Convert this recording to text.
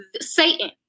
Satan